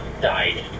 died